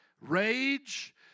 rage